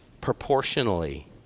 proportionally